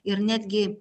ir netgi